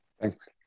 Thanks